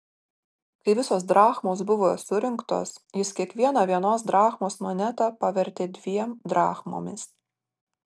kai visos drachmos buvo surinktos jis kiekvieną vienos drachmos monetą pavertė dviem drachmomis